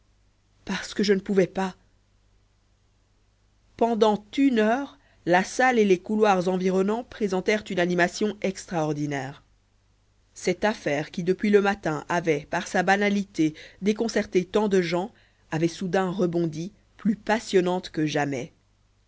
parce que je ne pouvais pas pendant une heure la salle et les couloirs environnants présentèrent une animation extraordinaire cette affaire qui depuis le matin avait par sa banalité déconcerté tant de gens avait soudain rebondi plus passionnante que jamais